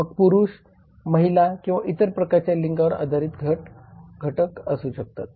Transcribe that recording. मग पुरुष महिला किंवा इतर प्रकारच्या लिंगावर आधारित गट असू शकतात